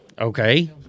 Okay